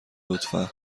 لطفا